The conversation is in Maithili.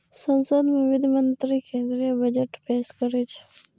संसद मे वित्त मंत्री केंद्रीय बजट पेश करै छै